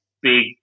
big